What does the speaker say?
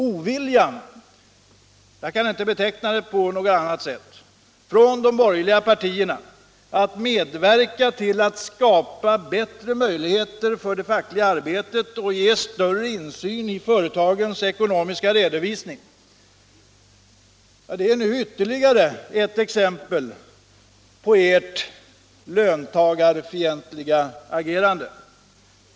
Oviljan — jag kan inte beteckna det på något annat sätt — från de borgerliga partierna att medverka till att skapa bättre möjligheter för det fackliga arbetet och ge större insyn i företagens ekonomiska redovisning är ytterligare ett exempel på ert löntagarfientliga agerande.